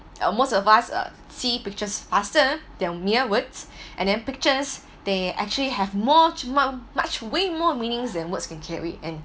uh most of us uh see pictures faster than mere words and then pictures they actually have more muc~ much way more meanings than words can carry and